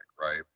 right